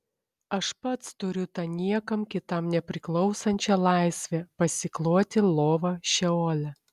aš pats turiu tą niekam kitam nepriklausančią laisvę pasikloti lovą šeole